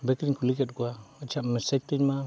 bank ᱨᱮᱧ ᱠᱩᱞᱤ ᱠᱮᱫ ᱠᱚᱣᱟ ᱟᱪᱪᱷᱟ ᱢᱮᱥᱮᱡᱽ ᱛᱤᱧᱢᱟ